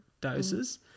doses